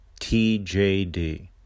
TJD